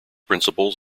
principals